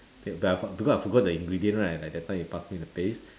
because I forgot the ingredient right like that time you pass me the paste